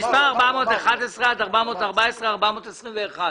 תסתכל על החותמת.